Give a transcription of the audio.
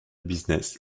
business